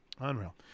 Unreal